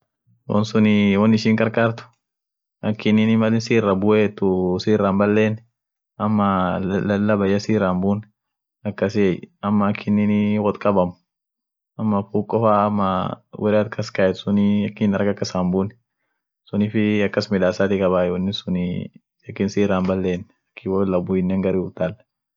Biskiilinii won buri ishin kabd, woni ishianii fremua, tairia, sitia, handle basi, iyoo won dibi won ishin kakabd. fremunii bare irtaanu, fremun bare kiti wotkabe tau, Tairinii hiijeemtinii, iyo brekinenii componeent suun kas jirti, brekiinen ta woishin ijeno feet ijetenuun,